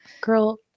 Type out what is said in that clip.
Girl